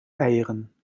eieren